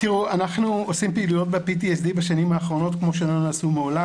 אנחנו עושים פעילויות ב-PTSD בשנים האחרונות כמו שלא נעשו מעולם.